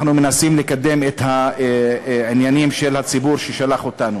אנחנו מנסים לקדם את העניינים של הציבור ששלח אותנו.